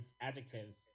adjectives